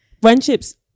friendships